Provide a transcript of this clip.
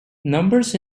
numbers